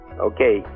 Okay